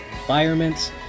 environments